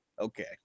Okay